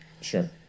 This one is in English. Sure